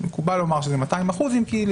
היא 200%. אם כי,